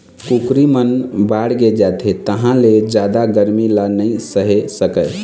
कुकरी मन बाड़गे जाथे तहाँ ले जादा गरमी ल नइ सहे सकय